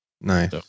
Nice